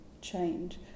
change